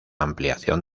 ampliación